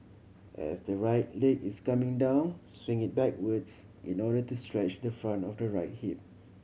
as the right leg is coming down swing it backwards in order to stretch the front of the right hip